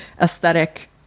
aesthetic